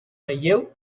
relleu